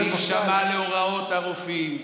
להישמע להוראות הרופאים,